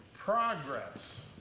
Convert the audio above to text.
progress